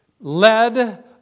led